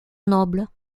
nobles